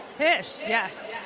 tisch, yes.